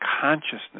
consciousness